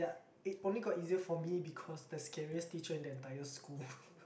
it only got easier for me because the scariest teacher in the entire school